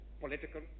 political